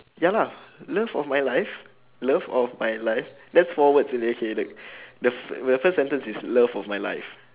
ya lah love of my life love of my life that's four words okay look the f~ the first sentence is love of my life